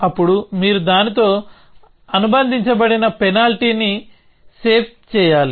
అప్పుడు మీరు దానితో అనుబంధించబడిన పెనాల్టీని సేవ్ చేయాలి